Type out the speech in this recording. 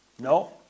No